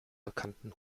bekannten